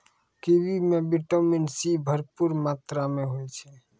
kiwi म vitamin C भरपूर मात्रा में होय छै